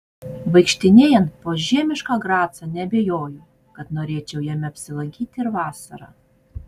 vaikštinėjant po žiemišką gracą neabejoju kad norėčiau jame apsilankyti ir vasarą